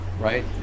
Right